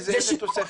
איזה תוספת?